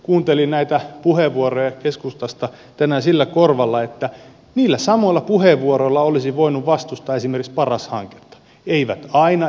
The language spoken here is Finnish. kuuntelin näitä puheenvuoroja keskustasta tänään sillä korvalla että niillä samoilla puheenvuoroilla olisi voinut vastustaa esimerkiksi paras hanketta